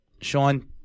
Sean